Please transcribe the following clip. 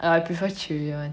err I prefer chewy one